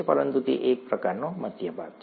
પરંતુ તે એક પ્રકારનો મધ્ય ભાગ છે